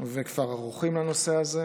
וכבר ערוכים לנושא הזה.